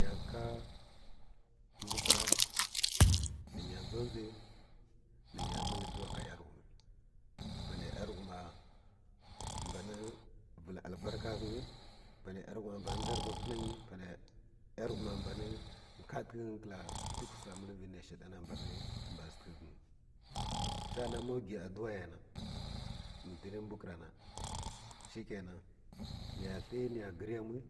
Nə ya ka mbwkəra nə nya dʒo dʒi nə nya məl duwa ka yarishum panə yanghuma mbanə vəl albarka ghə nyi panə yanishun mban za rə va punə nyi panə yavighum mban hika təkəghə nyi a kla duk wsa məl vi nə shə ɗan mban hatstə ghə nyi sa’a nan ma gwi adua ya na ghə tən mbukəra na shi kəena nə hə nə ya gir yanwoi nə ya nə hə nə ya gir yanwoi nə yu nə hə nə ya gir yanwoi nə yu